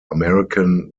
american